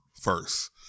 First